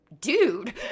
dude